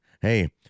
Hey